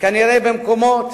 שכנראה במקומות